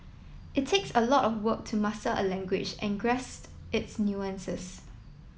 it takes a lot of work to master a language and grasp its nuances